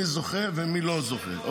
מי זוכה ומי לא זוכה.